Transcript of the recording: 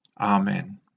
Amen